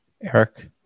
Eric